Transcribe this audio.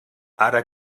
ara